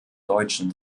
deutschen